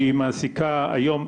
שהיא מעסיקה היום,